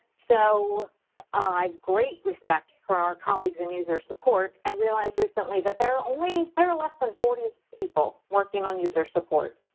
so i have great respect for our colleagues in user support and realized recently that there are only, there are less than forty people working on user support.